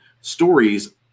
stories